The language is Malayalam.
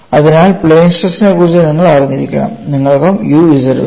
അതിനാൽ പ്ലെയിൻ സ്ട്രെസ് ക്കുറിച്ച് നിങ്ങൾ അറിഞ്ഞിരിക്കണം നിങ്ങൾക്കും u z ഉണ്ട്